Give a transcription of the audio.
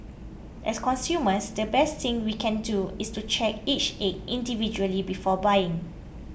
as consumers the best thing we can do is to check each egg individually before buying